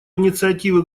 инициативы